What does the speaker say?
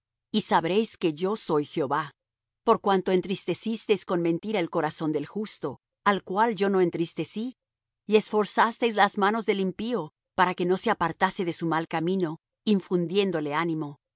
y sabréis que yo soy jehová por cuanto entristecisteis con mentira el corazón del justo al cual yo no entristecí y esforzasteis las manos del impío para que no se apartase de su mal camino infundiéndole ánimo por